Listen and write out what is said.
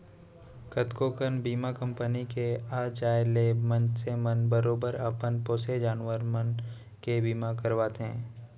कतको कन बीमा कंपनी के आ जाय ले मनसे मन बरोबर अपन पोसे जानवर मन के बीमा करवाथें